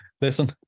listen